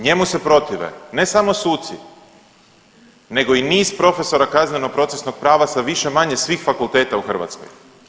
Njemu se protive ne samo suci nego i niz profesora kazneno procesnog prava sa više-manje svih fakulteta u Hrvatskoj.